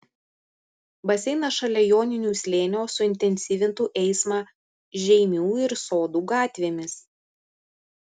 baseinas šalia joninių slėnio suintensyvintų eismą žeimių ir sodų gatvėmis